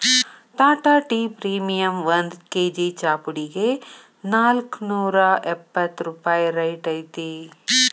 Tata tea premium ಒಂದ್ KG ಚಾಪುಡಿಗೆ ನಾಲ್ಕ್ನೂರಾ ಎಪ್ಪತ್ ರೂಪಾಯಿ ರೈಟ್ ಐತಿ